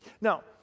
Now